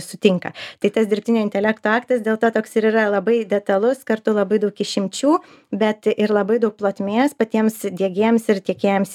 sutinka tai tas dirbtinio intelekto aktas dėl to toks ir yra labai detalus kartu labai daug išimčių bet ir labai daug plotmės patiems diegėjams ir tiekėjams